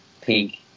pink